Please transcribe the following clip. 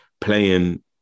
playing